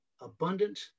abundant